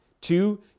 Two